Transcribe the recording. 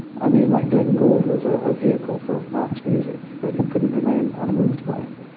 i mean, like glenn gould was a vehicle for bach's music, but he couldn't remain unmoved by it.